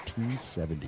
1970